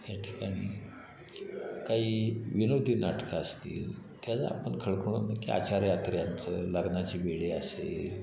या ठिकाणी काही विनोदी नाटकं असतील त्याचा आपण खळखळून की आचार्य अत्रे यांचं लग्नाची बेडी असेल